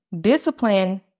discipline